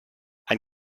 ein